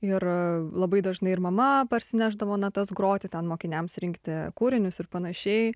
ir labai dažnai ir mama parsinešdavo natas groti ten mokiniams rinkti kūrinius ir panašiai